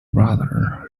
brother